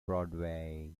broadway